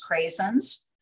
craisins